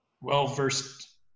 well-versed